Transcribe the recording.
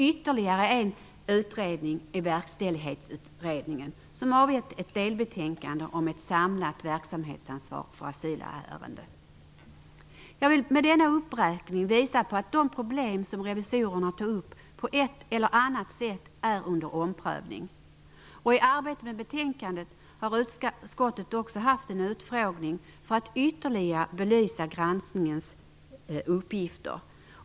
Ytterligare en utredning är Verkställighetsutredningen, som avgett ett delbetänkande om samlat verksamhetsansvar för asylärenden. Jag vill med denna uppräkning visa att de problem som revisorerna tog upp på ett eller annat sätt är under omprövning. I arbetet med betänkandet har utskottet haft en utfrågning för att man ytterligare skulle belysa granskningens uppgifter.